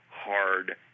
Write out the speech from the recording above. hard